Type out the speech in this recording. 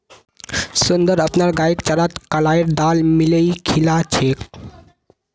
सुंदर अपनार गईक चारात कलाईर दाल मिलइ खिला छेक